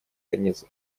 конец